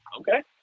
Okay